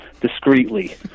discreetly